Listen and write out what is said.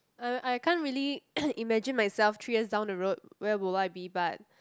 uh I can't really imagine myself three years down the road where will I be but